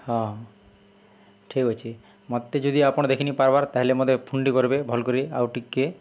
ହଁ ଠିକ୍ ଅଛେ ମତେ ଯଦି ଆପଣ୍ ଦେଖିନିପାର୍ବାର୍ ତା'ହେଲେ ମତେ ଫୋନ୍ଟେ କର୍ବେ ଭଲ୍ କରି ଆଉ ଟିକେ